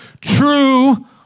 True